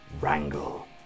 wrangle